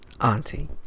auntie